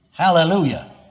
hallelujah